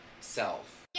self